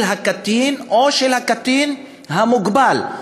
של הקטין או של הקטין המוגבל.